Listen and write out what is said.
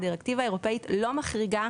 ומצאנו שהדירקטיבה לא מחריגה